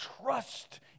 trust